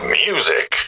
music